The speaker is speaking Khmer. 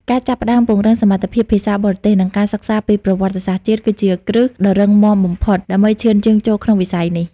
ការចាប់ផ្តើមពង្រឹងសមត្ថភាពភាសាបរទេស និងការសិក្សាពីប្រវត្តិសាស្ត្រជាតិ គឺជាគ្រឹះដ៏រឹងមាំបំផុតដើម្បីឈានជើងចូលក្នុងវិស័យនេះ។